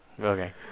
okay